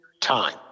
time